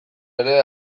ere